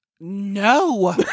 No